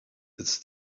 its